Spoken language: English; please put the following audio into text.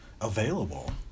available